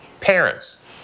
parents